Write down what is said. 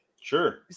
sure